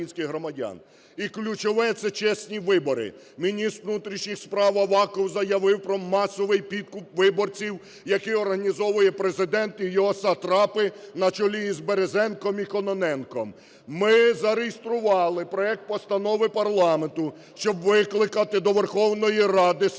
І ключове – це чесні вибори. Міністр внутрішніх справ Аваков заявив про масовий підкуп виборців, які організовує Президент і його сатрапи на чолі із Березенком і Кононенком. Ми зареєстрували проект постанови парламенту, щоб викликати до Верховної Ради силовиків